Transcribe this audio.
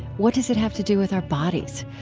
what does it have to do with our bodies?